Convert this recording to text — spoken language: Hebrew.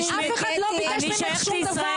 אף אחד לא ביקש ממך שום דבר.